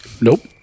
Nope